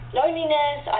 loneliness